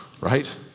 right